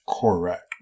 correct